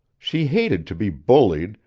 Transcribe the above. she hated to be bullied,